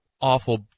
awful